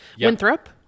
Winthrop